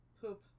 Poop